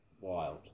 Wild